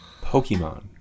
Pokemon